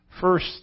First